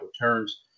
returns